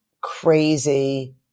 crazy